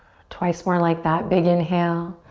twice more like that, big inhale.